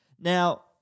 now